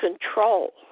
control